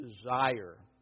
desire